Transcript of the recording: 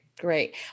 great